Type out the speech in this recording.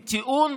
עם טיעון,